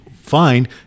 fine